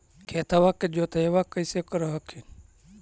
खेतबा के जोतय्बा कैसे कर हखिन?